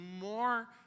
more